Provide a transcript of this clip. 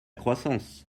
croissance